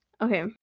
Okay